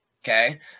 Okay